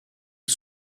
les